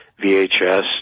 VHS